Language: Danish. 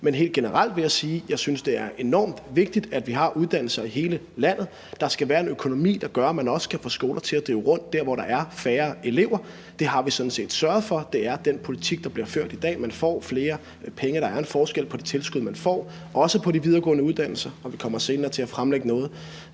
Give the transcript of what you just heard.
Men helt generelt vil jeg sige, at jeg synes, det er enormt vigtigt, at vi har uddannelser i hele landet. Der skal være en økonomi, der gør, at man også kan få skoler til at køre rundt der, hvor der er færre elever. Det har vi sådan set sørget for. Det er den politik, der bliver ført i dag, altså hvor man får flere penge; hvor der er en forskel på det tilskud, man får, også på de videregående uddannelser. Og vi kommer også senere til at fremlægge noget